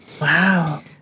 wow